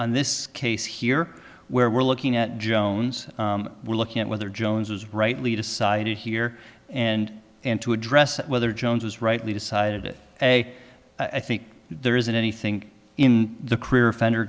on this case here where we're looking at jones we're looking at whether jones was rightly decided here and and to address it whether jones is rightly decided that a i think there isn't anything in the career offender